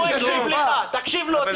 תקשיב לו, הוא הקשיב לך.